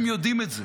הם יודעים את זה.